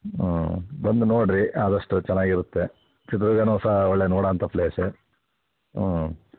ಬಂದು ನೋಡಿರಿ ಆದಷ್ಟು ಚೆನ್ನಾಗಿರುತ್ತೆ ಚಿತ್ರದುರ್ಗನು ಸಹ ಒಳ್ಳೆ ನೋಡೋ ಅಂಥ ಪ್ಲೇಸೇ ಹ್ಞೂ